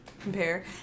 compare